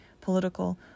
political